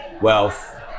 wealth